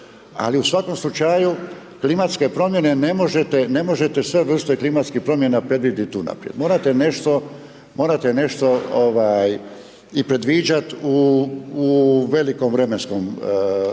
ali u svakom slučaju klimatske primjene ne možete, ne možete sve vrste klimatskih promjena predvidjet unaprijed, morate nešto i predviđat u velikom vremenskom razdoblju.